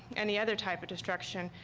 any other type of destruction.